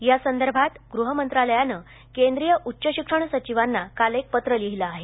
या संदर्भात गृह मंत्रालयानं केन्द्रीय उच्च शिक्षण सचिवांना काल एक पत्र लिहीलं आहे